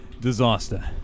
disaster